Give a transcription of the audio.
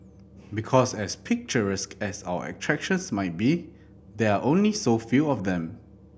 because as picturesque as our attractions might be there are only so few of them